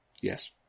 Yes